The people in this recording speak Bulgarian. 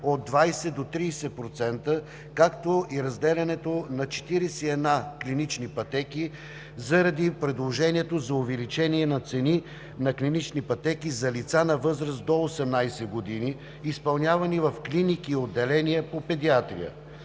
от 20% до 30%, както и разделянето на 41 клинични пътеки заради предложението за увеличение на цени на клинични пътеки за лица на възраст до 18 години, изпълнявани в клиники и отделения по педиатрия.